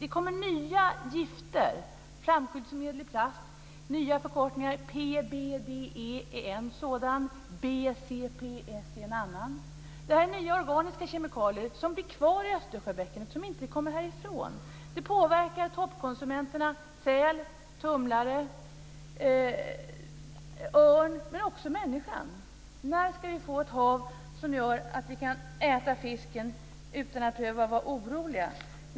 Det kommer nya gifter som t.ex. flamskyddsmedel i plast. Det här är nya organiska kemikalier som blir kvar i Östersjöbäckenet, som inte kommer härifrån. Det påverkar toppkonsumenterna - säl, tumlare och örn - men också människan. När ska vi få ett så rent hav att vi kan äta fisken utan att behöva vara oroliga?